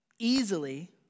Easily